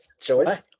Choice